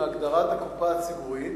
מהגדרת הקופה הציבורית,